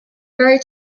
very